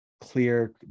clear